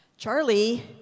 Charlie